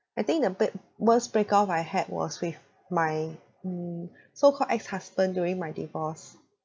I think the break worst break off I had was with my mm so called ex husband during my divorce